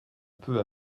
peu